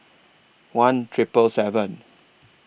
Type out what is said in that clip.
one Triple seven